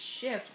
shift